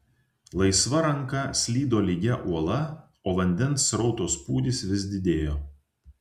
laisva ranka slydo lygia uola o vandens srauto spūdis vis didėjo